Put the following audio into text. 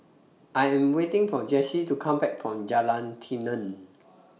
I Am waiting For Jessi to Come Back from Jalan Tenon